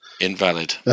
Invalid